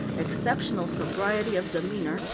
exceptional sobriety of demeanor,